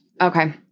Okay